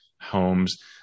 homes